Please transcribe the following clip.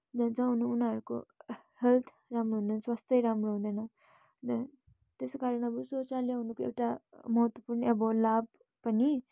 जान्छ अनि उनीहरूको हेल्थ राम्रो हुँदैन स्वास्थ्य राम्रो हुँदैन किनभने त्यसै कारण अब शौचालयहरूको एउटा महत्त्वपुर्ण अब लाभ पनि